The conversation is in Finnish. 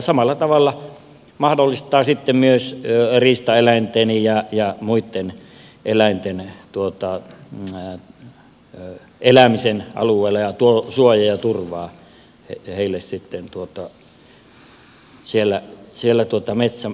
samalla tavalla se mahdollistaa sitten myös riistaeläinten ja muitten eläinten elämisen alueella ja tuo suojaa ja turvaa niille siellä metsämaalla